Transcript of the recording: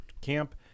camp